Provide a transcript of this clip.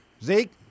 Zeke